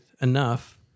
enough